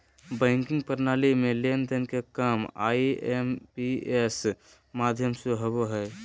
banking प्रणाली में लेन देन के काम आई.एम.पी.एस माध्यम से होबो हय